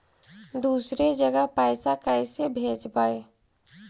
दुसरे जगह पैसा कैसे भेजबै?